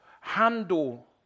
handle